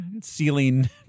ceiling